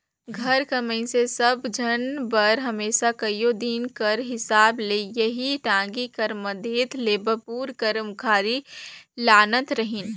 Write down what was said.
घर कर मइनसे सब झन बर हमेसा कइयो दिन कर हिसाब ले एही टागी कर मदेत ले बबूर कर मुखारी लानत रहिन